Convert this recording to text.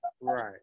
right